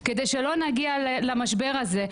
כדי שלא נגיע למשבר הזה.